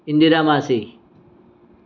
ઈન્દિરા માસી